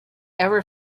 ever